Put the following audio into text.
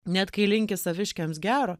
net kai linki saviškiams gero